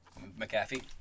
McAfee